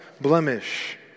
blemish